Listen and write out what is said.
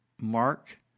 mark